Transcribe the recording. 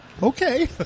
Okay